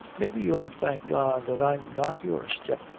maybe you'll thank god that i am not your step-daughter.